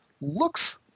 looks